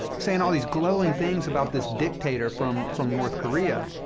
saying all these glowing things about this dictator from from north korea.